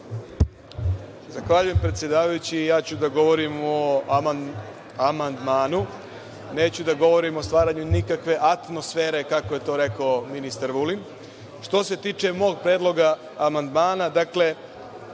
Zahvaljujem predsedavajući. Govoriću o amandmanu, neću da govorim o stvaranju nikakve atmosfere, kako je to rekao ministar Vulin. Što se tiče mog predloga amandmana,